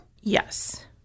yes